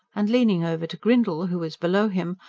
and leaning over to grindle, who was below him,